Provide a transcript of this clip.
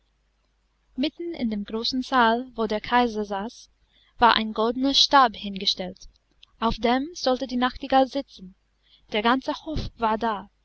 mitten in dem großen saal wo der kaiser saß war ein goldener stab hingestellt auf dem sollte die nachtigall sitzen der ganze hof war da